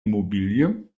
immobilie